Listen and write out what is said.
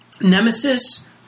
nemesis